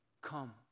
come